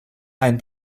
ein